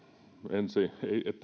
ensi